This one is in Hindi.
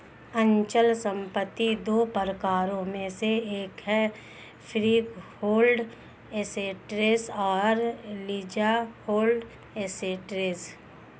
अचल संपत्ति दो प्रकारों में से एक है फ्रीहोल्ड एसेट्स और लीजहोल्ड एसेट्स